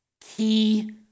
key